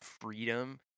freedom